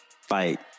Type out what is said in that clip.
fight